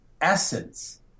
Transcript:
essence